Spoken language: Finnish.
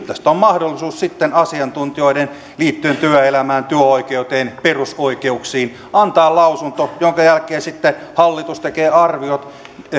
tästä on mahdollisuus sitten asiantuntijoiden liittyen työelämään työoikeuteen perusoikeuksiin antaa lausunto jonka jälkeen sitten hallitus tekee arviot